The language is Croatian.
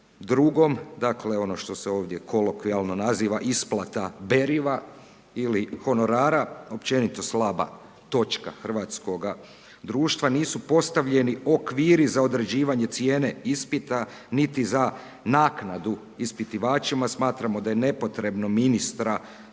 22., dakle ono što se ovdje kolokvijalno naziva isplata beriva ili honorara općenito slaba točka hrvatskoga društva. Nisu postavljeni okviri za određivanje cijene ispita niti za naknadu ispitivačima. Smatramo da je nepotrebno ministra